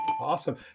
Awesome